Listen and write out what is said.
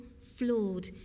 flawed